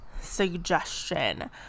suggestion